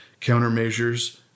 countermeasures